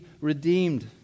redeemed